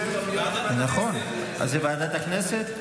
אז זה ועדת הכנסת?